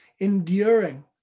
enduring